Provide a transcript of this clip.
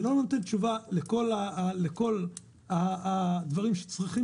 זה לא נותן תשובה לכל הדברים שצריכים